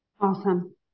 Awesome